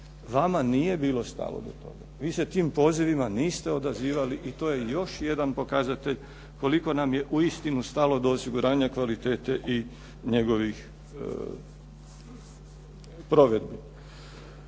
Vama nije bilo stalo do toga. Vi se tim pozivima niste odazivali i to je još jedan pokazatelj koliko vam je uistinu stalo do osiguranja kvalitete i njegovih provedbi.